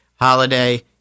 Holiday